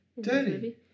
Daddy